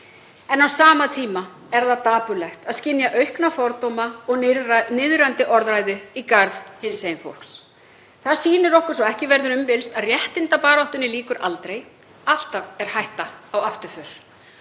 En á sama tíma er dapurlegt að skynja aukna fordóma og niðrandi orðræðu í garð hinsegin fólks. Það sýnir okkur svo ekki verður um villst að réttindabaráttunni lýkur aldrei. Alltaf er hætta á afturför.